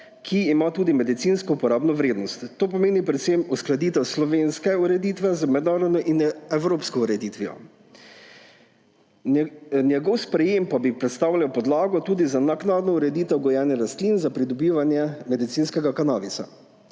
ki ima tudi medicinsko uporabno vrednost. To pomeni predvsem uskladitev slovenske ureditve z mednarodno in evropsko ureditvijo. Njegovo sprejetje pa bi predstavljalo podlago tudi za naknadno ureditev gojenja rastlin za pridobivanje medicinskega kanabisa.